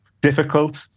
difficult